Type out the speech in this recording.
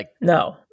No